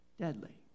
Deadly